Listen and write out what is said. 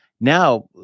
Now